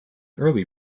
early